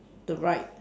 the ride